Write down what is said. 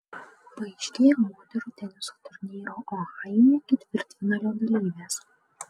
paaiškėjo moterų teniso turnyro ohajuje ketvirtfinalio dalyvės